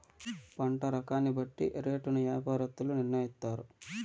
పంట రకాన్ని బట్టి రేటును యాపారత్తులు నిర్ణయిత్తారు